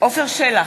עפר שלח,